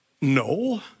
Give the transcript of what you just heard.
no